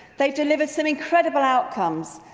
they've delivered some incredible outcomes.